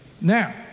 now